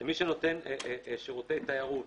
שמי שנותן שירותי תיירות